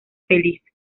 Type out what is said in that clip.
feliz